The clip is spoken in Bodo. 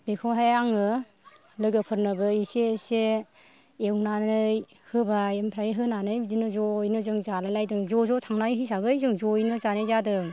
बेखौहाय आङो लोगोफोरनोबो एसे एसे एवनानै होबाय ओमफ्राय होनानै बिदिनो ज'यैनो जों जालायलायदों ज' ज' थांनाय हिसाबै जों जयैनो जानाय जादों